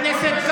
חוצפן.